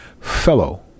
Fellow